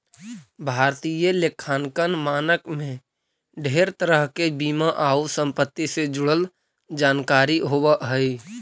भारतीय लेखांकन मानक में ढेर तरह के बीमा आउ संपत्ति से जुड़ल जानकारी होब हई